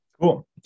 Cool